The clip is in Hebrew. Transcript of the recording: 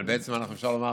אבל בעצם אפשר לומר